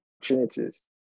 opportunities